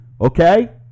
okay